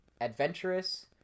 adventurous